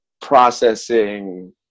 processing